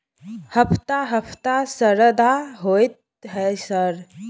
हफ्ता हफ्ता शरदा होतय है सर?